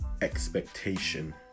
expectation